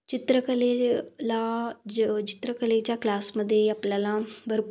चित्रकलेला ज चित्रकलेच्या क्लासमध्ये आपल्याला भरपूर